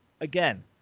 Again